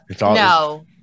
No